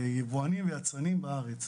יבואנים ויצרנים בארץ.